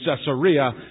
Caesarea